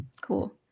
Cool